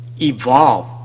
evolve